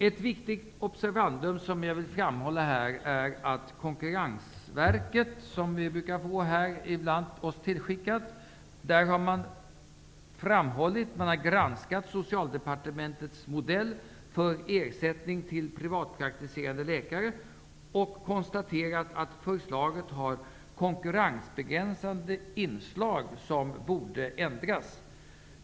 Ett viktigt observandum som jag vill framhålla här är att Konkurrensverket, som ibland skickar material till oss, har granskat Socialdepartementets modell för ersättning till privatpraktiserande läkare och konstaterat att förslaget har konkurrensbegränsande inslag som borde ändras.